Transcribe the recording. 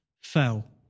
fell